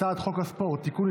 הצעת חוק הספורט (תיקון,